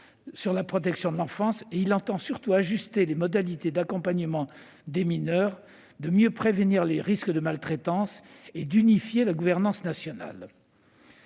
de la protection de l'enfance, mais entend ajuster les modalités d'accompagnement des mineurs, mieux prévenir les risques de maltraitance et unifier la gouvernance nationale.